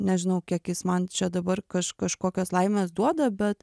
nežinau kiek jis man čia dabar kaž kažkokios laimės duoda bet